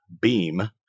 beam